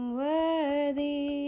worthy